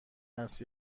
است